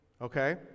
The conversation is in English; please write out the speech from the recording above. okay